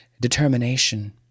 determination